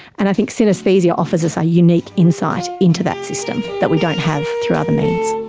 and i think synaesthesia offers us a unique insight into that system that we don't have through other means.